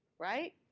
right?